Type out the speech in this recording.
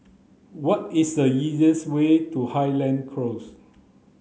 what is the easiest way to Highland Close